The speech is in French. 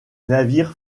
navire